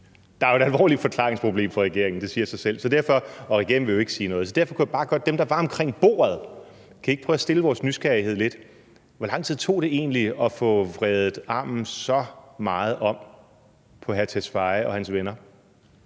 Der er jo et alvorligt forklaringsproblem for regeringen, det siger sig selv, og regeringen vil ikke sige noget. Så derfor vil jeg spørge dem, der var omkring bordet, om de ikke kan prøve at stille vores nysgerrighed lidt. Hvor lang tid tog det egentlig at få vredet armen så meget om på hr. Tesfaye og hans venner?